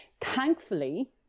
Thankfully